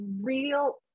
real